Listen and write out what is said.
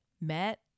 met